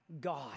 God